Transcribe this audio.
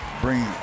bring